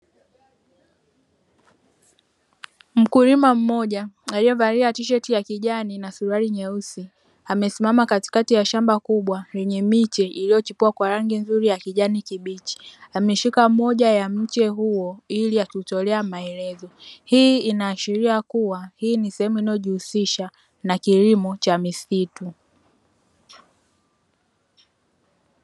Mkulima mmoja aliyevalia tisheti ya kijani na suruali nyeusi, amesimama katikati ya shamba kubwa lenye miche iliyochipua kwa rangi nzuri ya kijani kibichi. Ameshika moja ya mche huo ili akiutolea maelezo. Hii inaashiria kuwa hii ni sehemu inayojihusisha na kilimo cha misitu.